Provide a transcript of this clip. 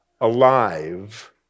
Alive